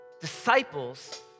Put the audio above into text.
disciples